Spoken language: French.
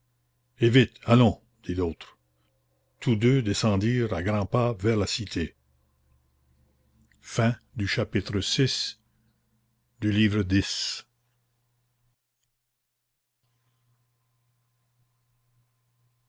eh vite allons dit l'autre tous deux descendirent à grands pas vers la cité vii